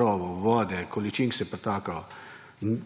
rovov, vode, količin, ki se pretakajo in